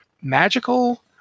magical